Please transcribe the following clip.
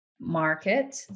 market